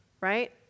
right